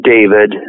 David